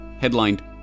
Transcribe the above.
headlined